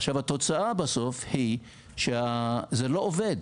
עכשיו, התוצאה בסוף שזה לא עובד.